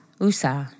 Usa